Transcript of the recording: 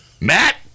matt